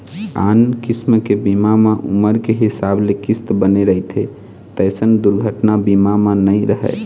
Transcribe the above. आन किसम के बीमा म उमर के हिसाब ले किस्त बने रहिथे तइसन दुरघना बीमा म नइ रहय